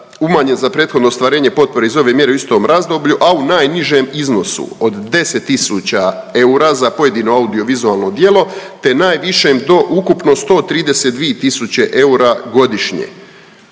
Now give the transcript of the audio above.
umanjen za prethodno ostvarenje potpore iz ove mjere u istom razdoblju, a u najnižem iznosu od 10 tisuća eura za pojedino audiovizualno djelo te najvišem do ukupno 132 tisuće eura godišnje,